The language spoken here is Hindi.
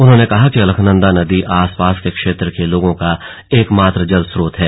उन्होंने कहा कि अलकनंदा नदी आसपास के क्षेत्र के लोगों का एकमात्र जल स्रोत है